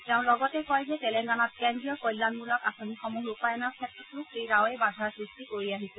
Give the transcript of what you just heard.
তেওঁ লগতে কয় যে তেলেংগানাত কেদ্ৰীয় কল্যাণ মূলক আঁচনিসমূহ ৰূপায়ণৰ ক্ষেত্ৰতো শ্ৰীৰাৱে বাধাৰ সৃষ্টি কৰি আহিছে